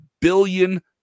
Billion